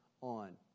on